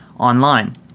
Online